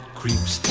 creeps